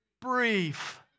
brief